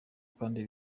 kandi